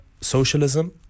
socialism